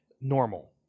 normal